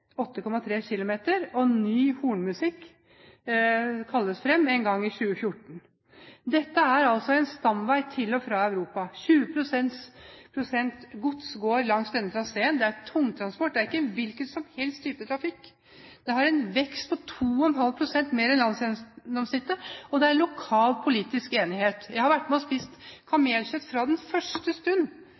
8,3 km – og ny hornmusikk kalles fram en gang i 2014. Dette er altså en stamvei til og fra Europa. 20 pst. godstransport går langs denne traseen. Det er tungtransport, det er ikke en hvilken som helst type trafikk. Det er en vekst på 2,5 pst. mer enn landsgjennomsnittet, og det er lokal politisk enighet. Jeg har vært med og spist kamelkjøtt fra første stund